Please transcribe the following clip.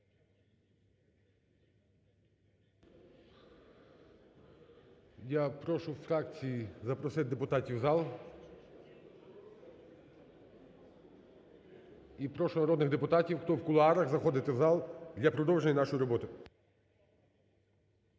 Я прошу фракції запросити депутатів в зал. І прошу народних депутатів, хто в кулуарах, заходити в зал для продовження нашої роботи.